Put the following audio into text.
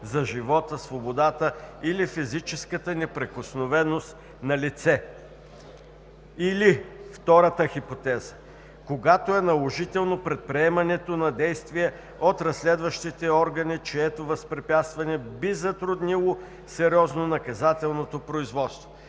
за живота, свободата или физическата неприкосновеност на лице.“ Или втората хипотеза: „Когато е наложително предприемането на действия от разследващите органи, чието възпрепятстване би затруднило сериозно наказателното производство.“